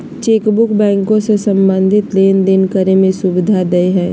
chequebook बैंको से संबंधित लेनदेन करे में सुविधा देय हइ